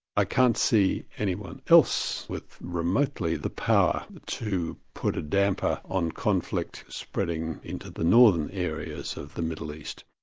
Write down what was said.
i can't see anyone else with remotely the power to put a damper on conflict spreading into the northern areas of the middle east.